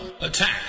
Attack